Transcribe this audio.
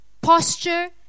Posture